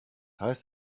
heißt